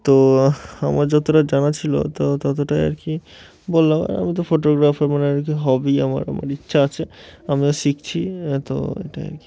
তো আমার যতটা জানা ছিল তো ততটাই আর কি বললাম আর আমি তো ফটোগ্রাফার মানে আর কি হবি আমার আমার ইচ্ছা আছে আমিও শিখছি তো এটাই আর কি